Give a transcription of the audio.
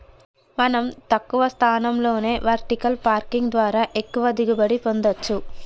మనం తక్కువ స్థలంలోనే వెర్టికల్ పార్కింగ్ ద్వారా ఎక్కువగా దిగుబడి పొందచ్చు